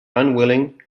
unwilling